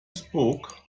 spoke